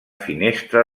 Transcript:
finestra